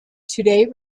today